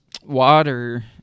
Water